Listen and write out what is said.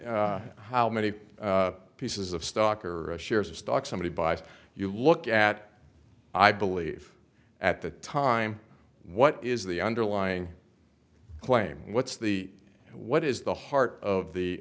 a how many pieces of stock or shares of stock somebody buys you look at i believe at the time what is the underlying claim what's the what is the heart of the